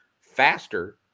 faster